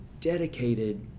dedicated